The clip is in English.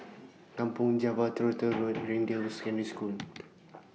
Kampong Java Truro Road Greendale Secondary School